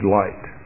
light